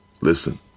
Listen